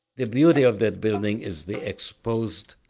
the beauty of the building is the exposed